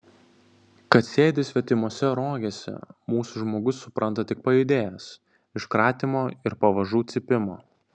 kad sėdi svetimose rogėse mūsų žmogus supranta tik pajudėjęs iš kratymo ir pavažų cypimo